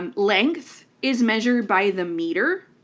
um length is measured by the meter.